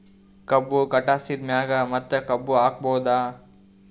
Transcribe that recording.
ಕಬ್ಬು ಕಟಾಸಿದ್ ಮ್ಯಾಗ ಮತ್ತ ಕಬ್ಬು ಹಾಕಬಹುದಾ?